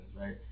right